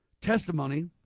testimony